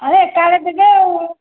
ହେଉ ଏକାବେଳେ ଦେବେ ଆଉ